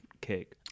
cake